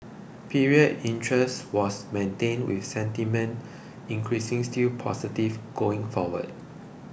period interest was maintained with sentiment increasing still positive going forward